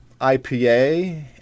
IPA